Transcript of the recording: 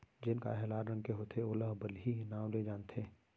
जेन गाय ह लाल रंग के होथे ओला बलही नांव ले जानथें